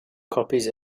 copies